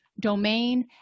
domain